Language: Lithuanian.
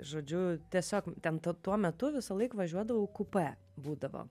žodžiu tiesiog tem to tuo metu visąlaik važiuodavau kupė būdavo